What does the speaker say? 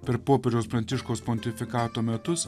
per popiežiaus pranciškaus pontifikato metus